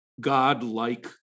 God-like